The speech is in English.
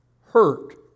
hurt